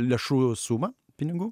lėšų sumą pinigų